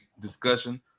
discussion